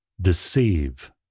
deceive